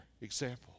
example